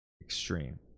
extreme